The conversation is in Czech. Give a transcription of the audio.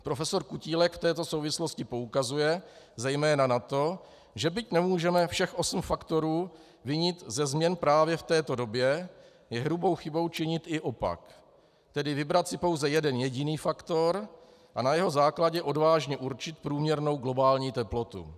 Profesor Kutílek v této souvislosti poukazuje zejména na to, že byť nemůžeme všech osm faktorů vinit ze změn právě v této době, je hrubou chybou činit opak, tedy vybrat si pouze jeden jediný faktor a na jeho základě odvážně určit průměrnou globální teplotu.